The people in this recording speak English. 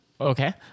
Okay